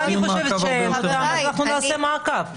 אנחנו נעשה מעקב.